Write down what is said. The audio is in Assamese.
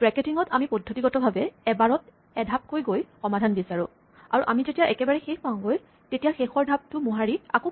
ব্ৰেকেটিঙত আমি পদ্ধতিগত ভাৱে এবাৰত এধাপকৈ গৈ সমাধান বিচাৰো আৰু আমি যেতিয়া একেবাৰে শেষ পাওঁগৈ তেতিয়া শেষৰ ধাপটো মোহাৰি আকৌ